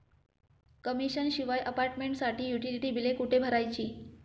Commission शिवाय अपार्टमेंटसाठी utility बिले कुठे भरायची?